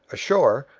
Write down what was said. ashore,